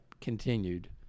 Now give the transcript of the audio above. continued